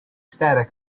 static